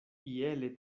iele